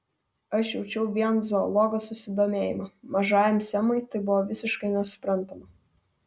aš jaučiau vien zoologo susidomėjimą mažajam semui tai buvo visiškai nesuprantama